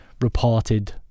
reported